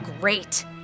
great